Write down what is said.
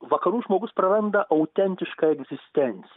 vakarų žmogus praranda autentišką egzistenciją